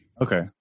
Okay